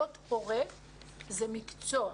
להיות הורה זה מקצוע.